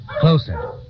closer